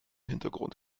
hintergrund